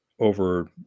over